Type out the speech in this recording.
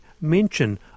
mention